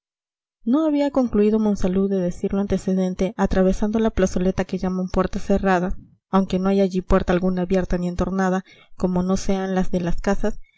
no había concluido monsalud de decir lo antecedente atravesando la plazoleta que llaman puerta cerrada aunque no hay allí puerta alguna abierta ni entornada como no sean las de las casas